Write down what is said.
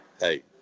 hey